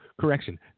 correction